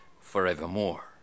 forevermore